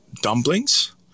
dumplings